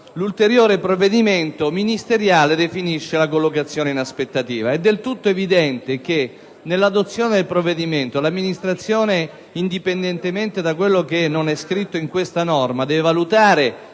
L'ulteriore provvedimento ministeriale definisce la collocazione in aspettativa. È del tutto evidente che, nell'adozione del provvedimento, l'amministrazione, indipendentemente da ciò che non è scritto in questa norma, deve valutare